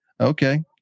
okay